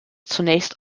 zunächst